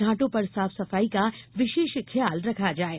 घाटों पर साफ सफाई का विशेष ध्यान रखा जाये